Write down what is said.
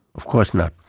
of course not,